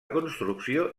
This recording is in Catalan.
construcció